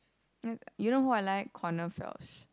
yeah you know who I like Conor